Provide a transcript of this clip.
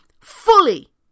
fully